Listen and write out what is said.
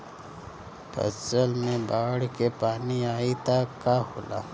फसल मे बाढ़ के पानी आई त का होला?